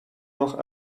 noch